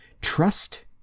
trust